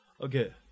Okay